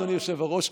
אדוני היושב-ראש.